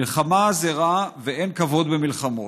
// מלחמה זה רע ואין כבוד במלחמות,